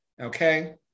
okay